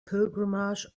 pilgrimage